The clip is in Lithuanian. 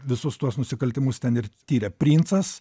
visus tuos nusikaltimus ten ir tiria princas